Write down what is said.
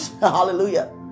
Hallelujah